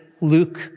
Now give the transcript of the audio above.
Luke